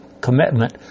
commitment